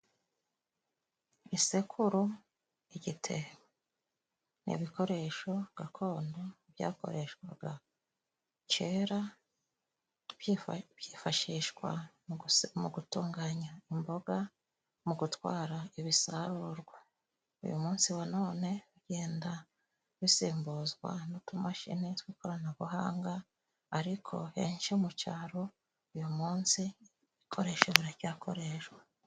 Isekuru igitebo n'ibikoresho gakondo byakoreshwaga kera byifashishwa mu gutunganya imboga, mu gutwara ibisarurwa uyu munsi wa none bigenda bisimbuzwa, n'utushiniw'ikoranabuhanga ariko heshi mu cyaro uyu munsi ibikoresho biracyakoreshwa.